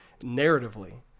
narratively